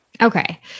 Okay